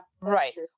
right